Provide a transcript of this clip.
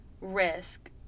risk